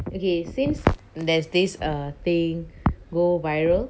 okay since there's this err thing go viral